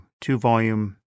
two-volume